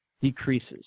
decreases